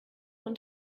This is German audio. und